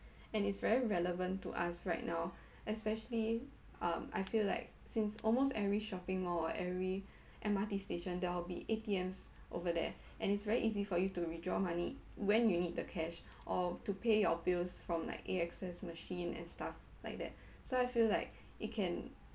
and it's very relevant to us right now especially um I feel like since almost every shopping mall or every M_R_T station there will be A_T_Ms over there and it's very easy for you to withdraw money when you need the cash or to pay your bills from like axs machine and stuff like that so I feel like it can